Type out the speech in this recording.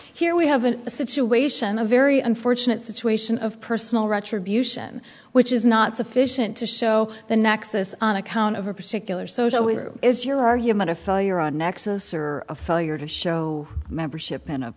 here we have a situation a very unfortunate situation of personal retribution which is not sufficient to show the nexus on account of a particular social where is your argument a failure on nexus or a failure to show membership in a